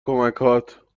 کمکهات